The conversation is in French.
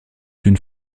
d’une